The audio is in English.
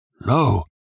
Lo